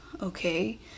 okay